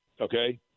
okay